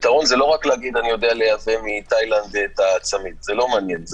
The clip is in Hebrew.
פתרון זה לא רק להגיד: אני יודע לייבא מתאילנד את הצמיד זה לא מעניין,